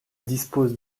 dispose